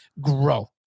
grow